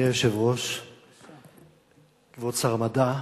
אדוני היושב-ראש, כבוד שר המדע,